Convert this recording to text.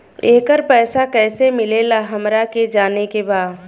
येकर पैसा कैसे मिलेला हमरा के जाने के बा?